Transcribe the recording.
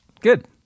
Good